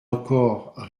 encore